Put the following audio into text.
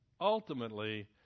ultimately